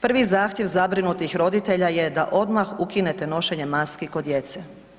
Prvi zahtjev zabrinutih roditelja je da odmah ukinute nošenje maski kod djece.